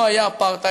לא היה אפרטהייד,